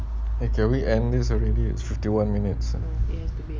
eh can we end this already it's fifty one minutes ah